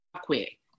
quick